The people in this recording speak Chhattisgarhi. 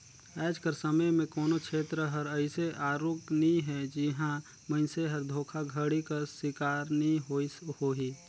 आएज कर समे में कोनो छेत्र हर अइसे आरूग नी हे जिहां मइनसे हर धोखाघड़ी कर सिकार नी होइस होही